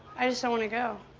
i just don't want to go.